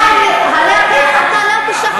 מה, הרי אתה לא תשכנע.